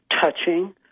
touching